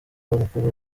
mukuru